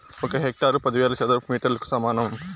ఒక హెక్టారు పదివేల చదరపు మీటర్లకు సమానం